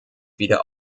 wieder